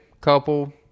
couple